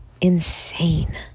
insane